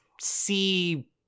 see